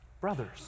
brothers